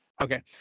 Okay